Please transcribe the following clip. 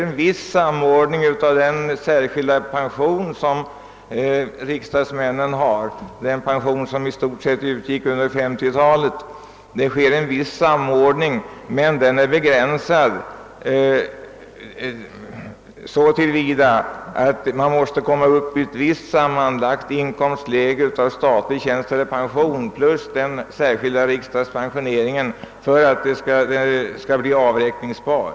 En viss samordning sker ju till riksdagsmännens «särskilda pension, som i stort sett utgick också under 1950-talet, men den är så till vida begränsad som man måste komma upp till ett visst sammanlagt inkomstbelopp för statlig tjänst eller pension plus den särskilda riksdagspensionen för att det skall bli avräkningsbart.